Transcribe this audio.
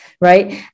right